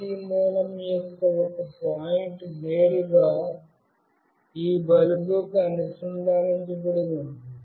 AC మూలం యొక్క ఒక పాయింట్ నేరుగా ఈ బల్బుకు అనుసంధానించబడుతుంది